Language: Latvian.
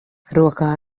rokā